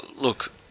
Look